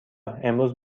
امروز